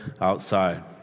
outside